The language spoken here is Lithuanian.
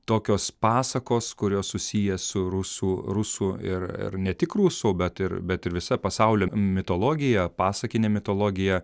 tokios pasakos kurios susiję su rusų rusų ir ir netik rusų bet ir bet ir visa pasaulio mitologija pasakinė mitologija